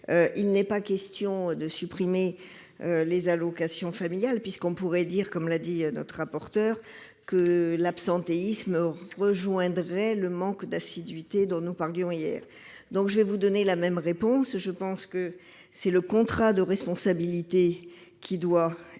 Il n'est pas question de supprimer les allocations familiales, même si on pourrait dire, comme notre rapporteur, que l'absentéisme rejoint le manque d'assiduité dont nous parlions hier. Je vais donc vous donner la même réponse. Je pense que le contrat de responsabilité entre